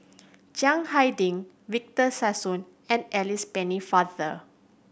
Chiang Hai Ding Victor Sassoon and Alice Pennefather